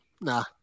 Nah